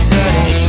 Dirty